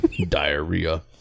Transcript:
Diarrhea